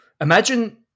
Imagine